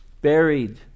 buried